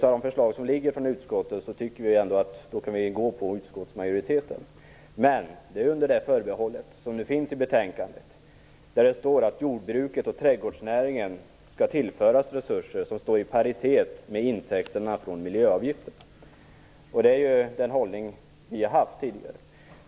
Av de förslag som föreligger från utskottet tycker vi att vi kan stödja utskottsmajoritetens, med det förbehåll som anges i betänkandet, nämligen att jordbruket och trädgårdsnäringen skall tillföras resurser som är i paritet med intäkterna från miljöavgifter. Det är den hållning vi har intagit till detta.